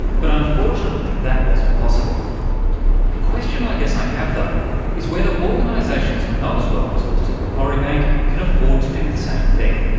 but unfortunately that wasn't possible. a question i guess i have though is whether organisations not as well resourced as macquarie bank can afford to do the same thing.